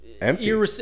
empty